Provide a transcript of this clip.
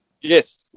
Yes